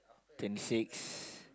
twenty six